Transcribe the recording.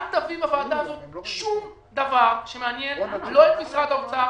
אל תביא לוועדה הזאת שום דבר שמעניין את משרד האוצר